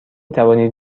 توانید